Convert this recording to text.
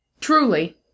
Truly